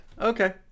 okay